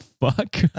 fuck